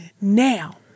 Now